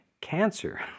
Cancer